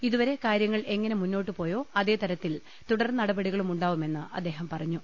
ഇതുവരെ കാരൃങ്ങൾ എങ്ങനെ മുന്നോട്ടുപോയോ അതേ തരത്തിൽ തുടർനടപടികളും ഉണ്ടാവുമെന്ന് അദ്ദേഹം പറഞ്ഞു